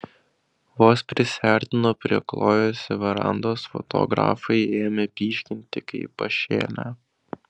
vos prisiartino prie klojosi verandos fotografai ėmė pyškinti kaip pašėlę